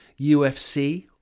UFC